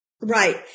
Right